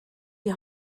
die